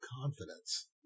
confidence